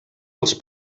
els